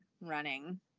running